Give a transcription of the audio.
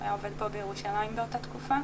הוא היה עובד פה בירושלים באותה תקופה,